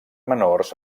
menors